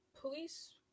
police